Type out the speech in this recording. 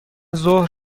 ظهر